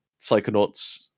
psychonauts